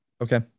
Okay